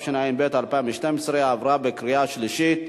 התשע"ב 2012,